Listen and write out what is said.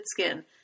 skin